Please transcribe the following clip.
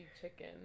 chicken